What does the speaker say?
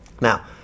Now